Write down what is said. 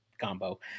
combo